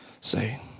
say